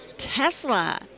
Tesla